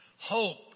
Hope